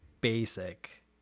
basic